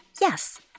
Yes